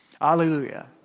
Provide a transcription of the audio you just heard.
Hallelujah